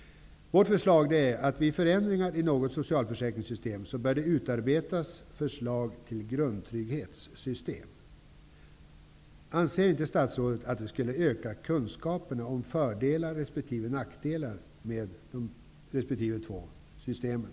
Vårt förslag är att vid förändringar av något socialförsäkringssystem bör det utarbetas förslag till grundtrygghetssystem. Anser inte statsrådet att det skulle öka kunskaperna om fördelar resp. nackdelar med de två olika systemen?